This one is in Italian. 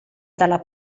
dalla